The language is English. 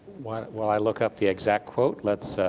while while i look up the exact quote, let's